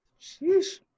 Sheesh